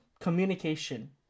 communication